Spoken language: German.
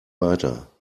weiter